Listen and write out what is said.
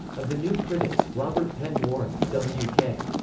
of the new critics, robert penn warren, w k.